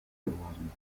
geworden